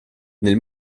nel